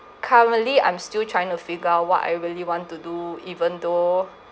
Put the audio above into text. currently I'm still trying to figure out what I really want to do even though